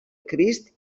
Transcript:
crist